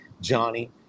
Johnny